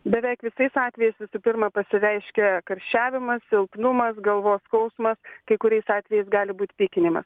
beveik visais atvejais visų pirma pasireiškia karščiavimas silpnumas galvos skausmas kai kuriais atvejais gali būt pykinimas